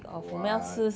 what